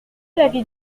l’avis